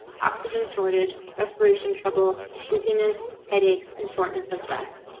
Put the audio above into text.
oxygen shortage, respiration trouble, dizziness, headaches and shortness of breath.